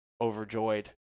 overjoyed